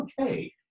okay